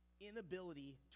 inability